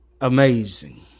amazing